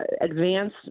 advance